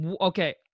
okay